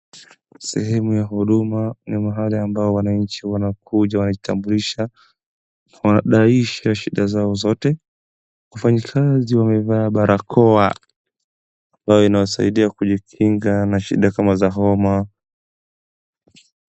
Sehemu ya huduma ni mahala ambao wananchi wanakuja wanajitambulisha wanadaisha shida zao zote. Wafanyikazi wamevaa barakoa ambayo inawasaidia kujikinga na shida kama za homa.